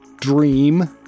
dream